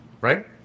right